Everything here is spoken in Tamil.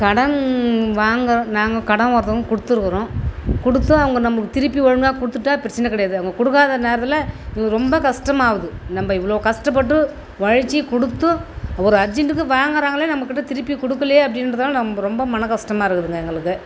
கடன் வாங்க நாங்க கடன் ஒருத்தவங்களுக்கு கொடுத்துருக்குறோம் கொடுத்தும் அவங்க நமக்கு திரும்பி ஒழுங்காக கொடுத்துட்டா பிரச்சனை கிடையாது அவங்க கொடுக்காத நேரத்தில் ரொம்ப கஷ்டமாகுது நம்ம இவ்வளோ கஷ்டப்பட்டு உழைச்சி கொடுத்தும் ஒரு அர்ஜெண்ட்டுக்கு வாங்குகிறாங்களே நம்மகிட்ட திருப்பி கொடுக்கலையே அப்படின்றதுதான் நம்ம ரொம்ப மனக்கஷ்டமாருக்குதுங்க எங்களுக்கு